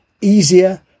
easier